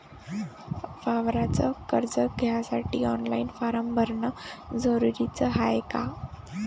वावराच कर्ज घ्यासाठी ऑनलाईन फारम भरन जरुरीच हाय का?